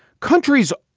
countries,